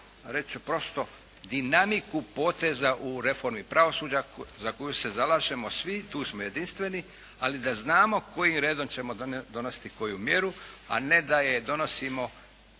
ću prosto dinamiku poteza u reformi pravosuđa za koje se zalažemo svi, tu smo jedinstveni, ali da znamo kojim redom ćemo donositi koju mjeru, a ne da je donosimo